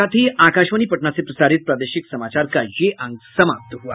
इसके साथ ही आकाशवाणी पटना से प्रसारित प्रादेशिक समाचार का ये अंक समाप्त हुआ